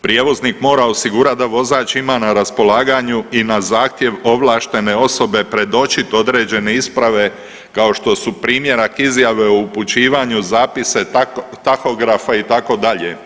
Prijevoznik mora osigurati da vozač ima na raspolaganju i na zahtjev ovlaštene osobe predočiti određene isprave kao što su primjerak izjave o upućivanju zapisa tahografa itd.